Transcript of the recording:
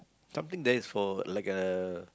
something there's for like a